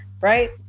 right